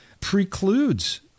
precludes